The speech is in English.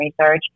research